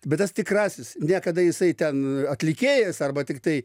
bet tas tikrasis ne kada jisai ten atlikėjas arba tiktai